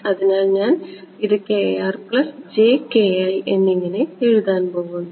അതിനാൽ ഞാൻ ഇത് എന്നിങ്ങനെ എഴുതാൻ പോകുന്നു